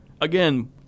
Again